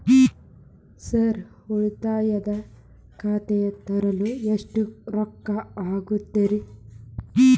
Sir ಉಳಿತಾಯ ಖಾತೆ ತೆರೆಯಲು ಎಷ್ಟು ರೊಕ್ಕಾ ಆಗುತ್ತೇರಿ?